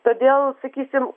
todėl sakysim